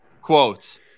quotes